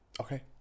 Okay